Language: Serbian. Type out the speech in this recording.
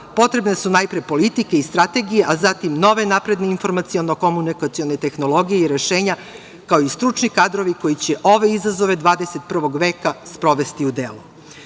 potrebne su najpre politike i strategije, a zatim nove napredne informaciono-komunikacione tehnologije i rešenja, kao i stručni kadrovi koji će ove izazove 21. veka sprovesti u delo. Zato